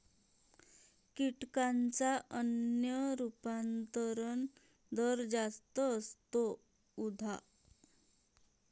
कीटकांचा अन्न रूपांतरण दर जास्त असतो, उदा